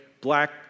black